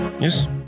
Yes